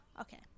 Okay